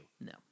No